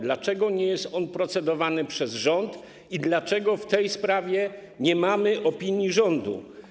Dlaczego nie jest on procedowany przez rząd i dlaczego w tej sprawie nie mamy opinii rządu?